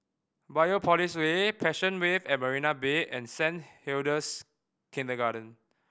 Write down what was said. Biopolis Way Passion Wave at Marina Bay and Saint Hilda's Kindergarten